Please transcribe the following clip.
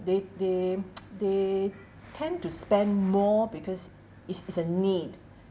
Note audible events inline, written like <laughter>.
they they <noise> they tend to spend more because it's it's a need